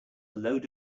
load